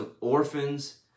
orphans